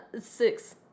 Six